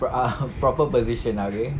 pro~ ah proper position ah okay